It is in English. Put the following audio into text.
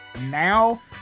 now